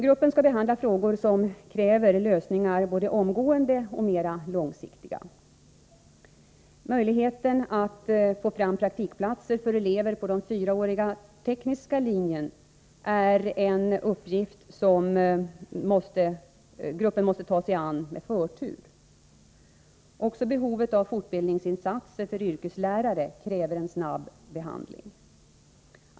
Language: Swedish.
Gruppen skall behandla frågor som kräver lösningar — både omgående och mera långsiktiga. Att få fram praktikplatser för eleverna på de fyraåriga tekniska linjerna är en uppgift som gruppen måste ta sig an med förtur. Också behovet av fortbildningsinsatser för yrkeslärare kräver snabb behandling.